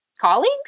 colleagues